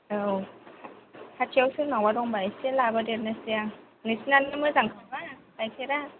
औ खाथियाव सोरनावबा दंबा एसे लाबोदेरनोसै आं नोंसिनानो मोजांखाबा गाइखेरा